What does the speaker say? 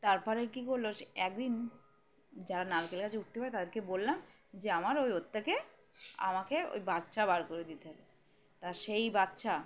তারপরে কী করলো সে একদিন যারা নারকেল গাছ উঠতে হয় তাদেরকে বললাম যে আমার ওই ওত্যাকে আমাকে ওই বাচ্চা বার করে দিতে হবে তা সেই বাচ্চা